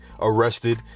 arrested